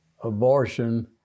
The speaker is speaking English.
abortion